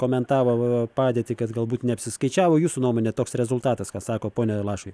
komentavo padėtį kad galbūt neapsiskaičiavo jūsų nuomone toks rezultatas ką sako pone lašai